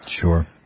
Sure